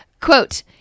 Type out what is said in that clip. Quote